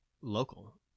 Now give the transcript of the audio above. local